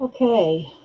Okay